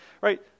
right